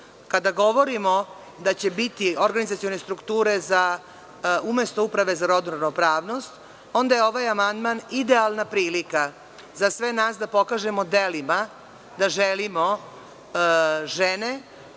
kada govorimo da će biti organizacione strukture umesto Uprave za rodnu ravnopravnost onda je ovaj amandman idealna prilika za sve nas da pokažemo delima da želimo žene